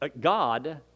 God